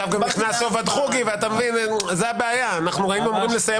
היינו אמורים לסיים